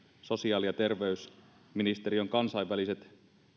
sosiaali ja terveysministeriön kansainväliset